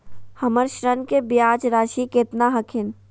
हमर ऋण के ब्याज रासी केतना हखिन?